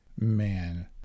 man